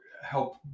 help